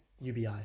UBI